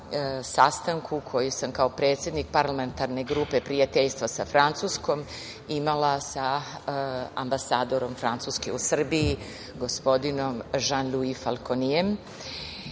sastanku koji sam kao predsednik Parlamentarne grupe prijateljstva sa Francuskom imala sa ambasadorom Francuske u Srbiji, gospodinom Žan-Luj FalkonijemNema